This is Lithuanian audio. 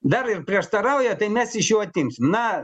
dar ir prieštarauja tai mes iš jų atimsim na